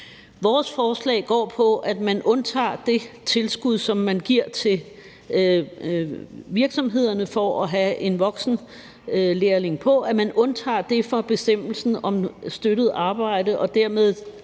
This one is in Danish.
Vores forslag går på, at man undtager det tilskud, som man giver til virksomhederne for at have en voksenlærling, fra bestemmelsen om støttet arbejde og dermed